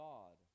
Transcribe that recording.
God